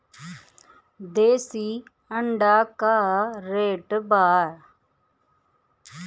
देशी अंडा का रेट बा?